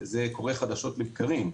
זה קורה חדשות לבקרים.